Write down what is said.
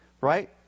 right